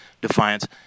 Defiance